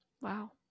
Wow